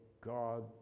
God